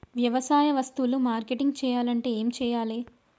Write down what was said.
వ్యవసాయ వస్తువులు మార్కెటింగ్ చెయ్యాలంటే ఏం చెయ్యాలే?